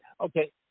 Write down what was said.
Okay